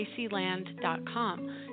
tracyland.com